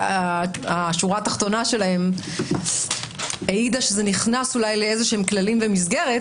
השורה התחתונה שלהם העידה שזה נכנס אולי לאיזשהם כללים ומסגרת,